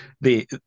the-